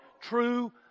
true